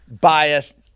biased